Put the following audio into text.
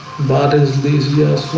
but as these